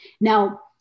Now